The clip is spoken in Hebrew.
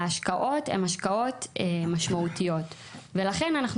ההשקעות הן השקעות משמעותיות ולכן אנחנו